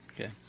Okay